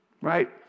right